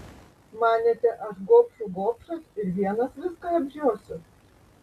manėte aš gobšų gobšas ir vienas viską apžiosiu